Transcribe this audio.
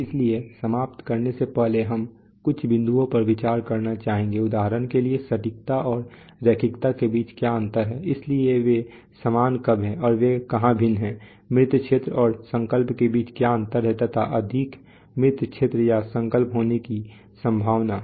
इसलिए समाप्त करने से पहले हम कुछ बिंदुओं पर विचार करना चाहेंगे उदाहरण के लिए सटीकता और रैखिकता के बीच क्या अंतर है इसलिए वे समान कब हैं और वे कहां भिन्न हैं मृत क्षेत्र और संकल्प के बीच क्या अंतर है तथा अधिक मृत क्षेत्र या संकल्प होने की संभावना है